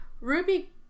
Ruby